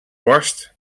barst